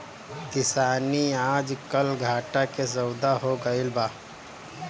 किसानी आजकल घाटा के सौदा हो गइल बा